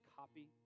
copy